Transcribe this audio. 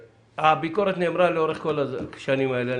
הביקורת נאמרה לאורך כל השנים האלה.